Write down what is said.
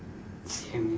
same